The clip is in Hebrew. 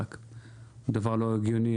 זה דבר לא הגיוני.